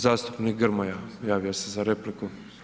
Zastupnik Grmoja, javio se za repliku.